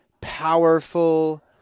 powerful